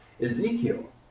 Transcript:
Ezekiel